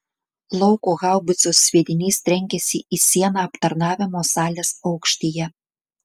lauko haubicos sviedinys trenkėsi į sieną aptarnavimo salės aukštyje